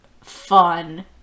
fun